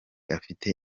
afite